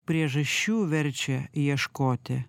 priežasčių verčia ieškoti